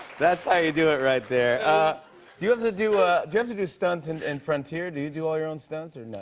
that's how you do it right there. do you have to do ah do you have to do stunts in in frontier? do you do all your own stunts, or, no,